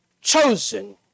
chosen